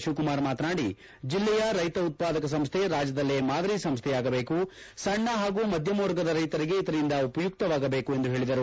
ಶಿವಕುಮಾರ್ ಮಾತನಾದಿ ಜಿಲ್ಲೆಯ ರೈತ ಉತ್ವಾದಕ ಸಂಸ್ಥೆ ರಾಜ್ಯದಲ್ಲೇ ಮಾದರಿ ಸಂಸ್ಥೆಯಾಗಬೇಕು ಸಣ್ಣ ಹಾಗೂ ಮಧ್ಯಮ ವರ್ಗದ ರೈತರಿಗೆ ಇದರಿಂದ ಉಪಯುಕ್ತವಾಗಬೇಕು ಎಂದು ಹೇಳಿದರು